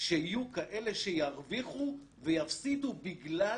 שיהיו כאלה שירוויחו ויפסידו בגלל